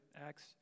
Acts